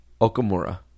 Okamura